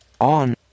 On